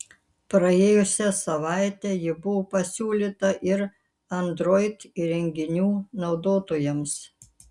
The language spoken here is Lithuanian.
praėjusią savaitę ji buvo pasiūlyta ir android įrenginių naudotojams